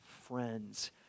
friends